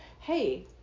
hey